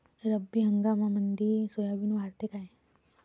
रब्बी हंगामामंदी सोयाबीन वाढते काय?